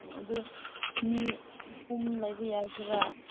ꯑꯣ ꯑꯗꯨ ꯃꯤ ꯑꯍꯨꯝ ꯂꯩꯕ ꯌꯥꯒꯦꯔꯥ